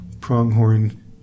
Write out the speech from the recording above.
pronghorn